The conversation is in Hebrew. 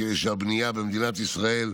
כדי שהבנייה במדינת ישראל,